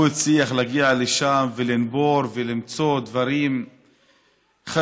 הוא הצליח להגיע לשם ולנבור ולמצוא דברים חשובים,